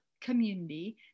community